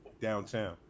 downtown